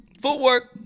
footwork